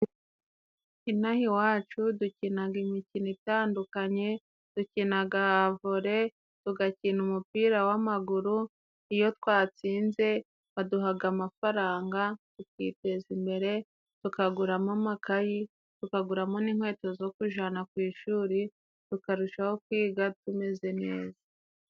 Inaha iwacu dukinaga imikino itandukanye, dukinaga vole, tugakina umupira w'amaguru. Iyo twatsinze baduhaga amafaranga tukiteza imbere tukaguramo amakayi tukaguramo n'inkweto zo kujana ku ishuri tukarushaho kwiga tumeze neza.